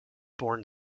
born